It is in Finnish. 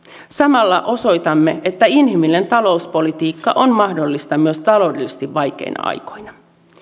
samalla osoitamme että inhimillinen talouspolitiikka on mahdollista myös taloudellisesti vaikeina aikoina